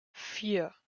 vier